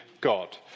God